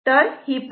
तर ही पॉवर आहे